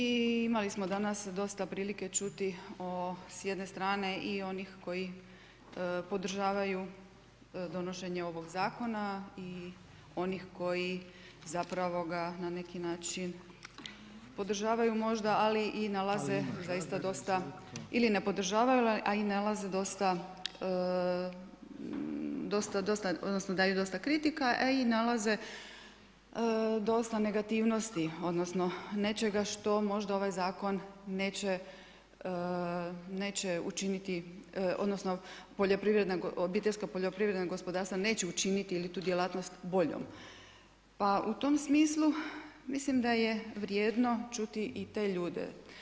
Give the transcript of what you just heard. I imali smo danas dosta prilike čuti o s jedne strane i onih koji podržavaju donošenje ovog zakona i onih koji zapravo ga na neki način podržavaju možda, a i nalaze zaista dosta ili ne podržavaju, a i nalaze dosta, dosta odnosno daju dosta kritika, a i nalaze dosta negativnosti, odnosno nečega što možda ovaj zakon neće učiniti, odnosno poljoprivredna, obiteljska poljoprivredna gospodarstva neće učiniti tu djelatnost boljom pa u tom smislu mislim da je vrijedno čuti i te ljude.